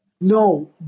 No